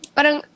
Parang